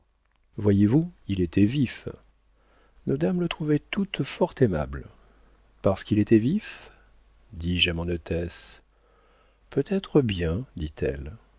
voyez-vous il était vif nos dames le trouvaient toutes fort aimable parce qu'il était vif dis-je à mon hôtesse peut-être bien dit-elle